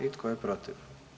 I tko je protiv?